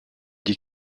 des